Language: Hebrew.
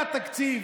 לא היה תקציב.